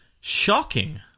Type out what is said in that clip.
Shocking